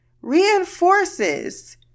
reinforces